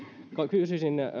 kysyisin